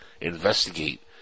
investigate